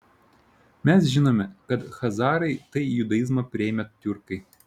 mes žinome kad chazarai tai judaizmą priėmę tiurkai